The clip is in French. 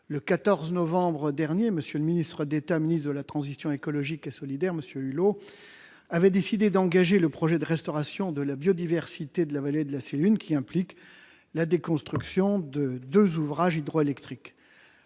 Le 14 novembre dernier, M. le ministre d'État, ministre de la transition écologique et solidaire, a décidé d'engager le projet de restauration de la biodiversité de la vallée de la Sélune, projet impliquant la déconstruction de deux ouvrages hydroélectriques.